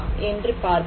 என்று பார்ப்போம்